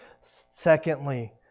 Secondly